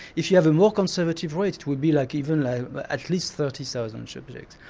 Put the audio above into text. if you have a more conservative rate it would be like even at least thirty thousand subjects.